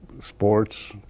sports